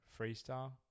Freestyle